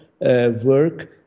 work